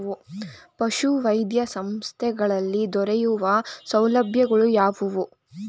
ಪಶುವೈದ್ಯ ಸಂಸ್ಥೆಗಳಲ್ಲಿ ದೊರೆಯುವ ಸೌಲಭ್ಯಗಳು ಯಾವುವು?